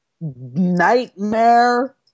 nightmare